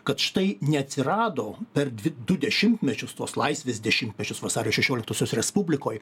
kad štai neatsirado per dvi du dešimtmečius tos laisvės dešimtmečius vasario šešioliktosios respublikoj